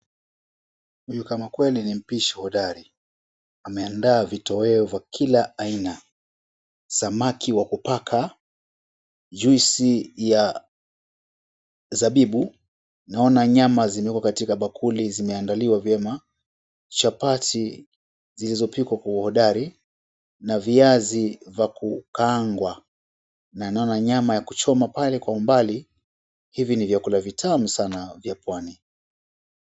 Huyo kama kweli ni mpishi hodari ameandaa vitoweo vya kila aina, samaki wa kupaka, juisi ya zabibu. Naona nyama zimewekwa katika bakuli zimeandaliwa vyema. Chapati zilizopikwa kwa hodari na viazi vya kukaangwa, na naona nyama ya kuchoma pale kwa umbali hivi ni vyakula vitamu sana vya pwani.